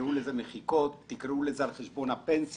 - תקראו לזה מחיקות, תקראו לזה על חשבון הפנסיה,